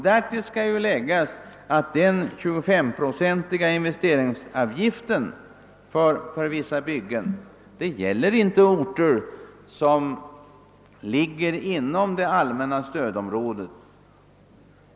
Därtill kommer att den 25-procentiga investeringsavgiften för vissa byggen inte gäller orter som ligger inom det allmänna stödområdet.